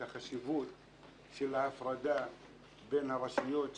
כי אני יודע את החשיבות של ההפרדה בין הרשויות,